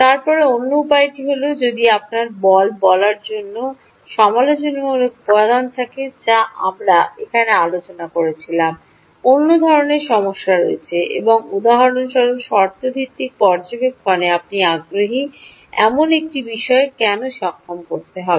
তারপরে অন্য উপায়টি হল যদি আপনার বল বলার মতো সমালোচনামূলক উপাদান থাকে যা আমরা এখানে আলোচনা করছিলাম অন্য ধরণের সমস্যা রয়েছে এবং উদাহরণস্বরূপ শর্ত ভিত্তিক পর্যবেক্ষণে আপনি আগ্রহী এমন একটি বিষয় কেন সক্ষম করতে হবে